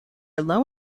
low